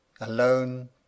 alone